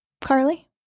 Carly